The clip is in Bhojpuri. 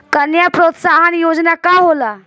कन्या प्रोत्साहन योजना का होला?